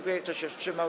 Kto się wstrzymał?